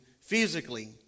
physically